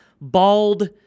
bald